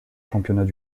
championnats